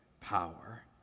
power